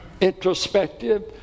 introspective